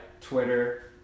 Twitter